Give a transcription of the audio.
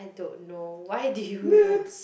I don't know why do you know